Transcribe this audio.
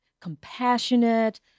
compassionate